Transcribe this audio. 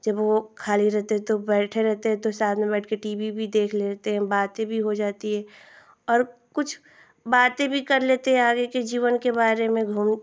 जब वो खाली रहते हैं तो बैठे रहते हैं तो साथ में बैठ कर टी वी भी देख लेते हैं हम बातें भी हो जाती है और कुछ बातें भी कर लेते हैं आगे कि जीवन के बारे में घूम